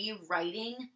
rewriting